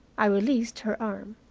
i released her arm.